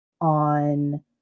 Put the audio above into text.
on